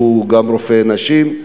שהוא גם רופא נשים,